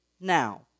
now